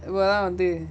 இவதா வந்து:ivatha vanthu